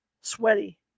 sweaty